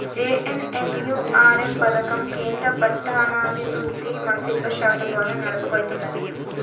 JNNURM పథకం కేంద్ర పట్టణాభివృద్ధి మంత్రిత్వశాఖ ద్వారా నడపబడుతున్నది